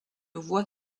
voie